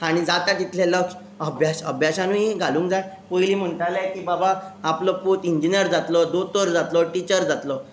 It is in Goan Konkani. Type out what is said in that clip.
तांणी जाता तितलें लक्ष अभ्यास अभ्यासानूय घालूंक जाय पयलीं म्हणटाले की बाबा आपलो पूत इंजिनियर जातलो दोतर जातलो टिचर जातलो